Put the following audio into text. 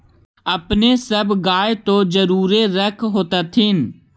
अपने सब गाय तो जरुरे रख होत्थिन?